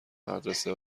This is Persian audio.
مدرسه